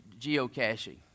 geocaching